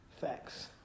Facts